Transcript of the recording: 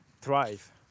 thrive